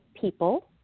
people